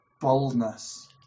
Boldness